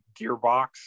gearbox